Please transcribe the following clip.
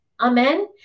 Amen